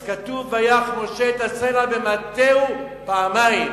אז כתוב: "ויך משה את הסלע במטהו פעמים",